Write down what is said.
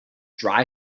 dry